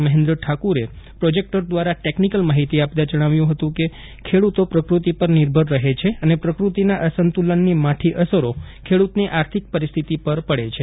મફેન્દ્ર ઠાકુરે પ્રોજેકટર દ્વારા ટેકનિકલ માહિતી આપતાં જણાવ્યું કે ખેડૂતો પ્રફતિ પર નિર્ભર રફે છે અને પ્રફતિના અસંતુલનની માઠી અસરો ખેડૂતની આર્થિક પરિસ્થિતિ પર પડે છે